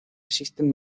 existen